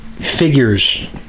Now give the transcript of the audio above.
figures